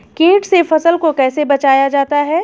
कीट से फसल को कैसे बचाया जाता हैं?